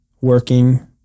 working